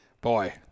boy –